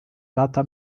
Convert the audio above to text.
lata